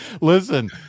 Listen